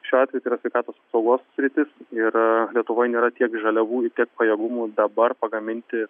šiuo atveju tai yra sveikatos apsaugos sritis ir lietuvoj nėra tiek žaliavų ir tiek pajėgumų dabar pagaminti